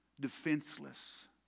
defenseless